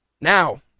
now